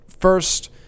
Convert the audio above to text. First